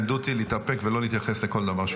לימדו אותי להתאפק ולא להתייחס לכל דבר.